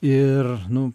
ir nu